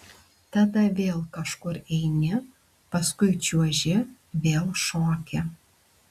tada vėl kažkur eini paskui čiuoži vėl šoki